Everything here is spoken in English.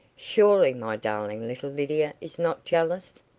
surely, my darling little lydia is not jealous?